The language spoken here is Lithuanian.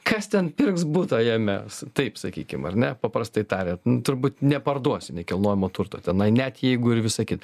kas ten pirks butą jame taip sakykim ar ne paprastai tariant turbūt neparduosi nekilnojamo turto tenai net jeigu ir visa kita